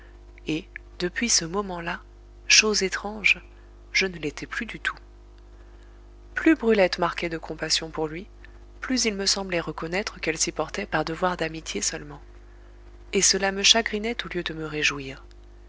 et depuis ce moment-là chose étrange je ne l'étais plus du tout plus brulette marquait de compassion pour lui plus il me semblait reconnaître qu'elle s'y portait par devoir d'amitié seulement et cela me chagrinait au lieu de me réjouir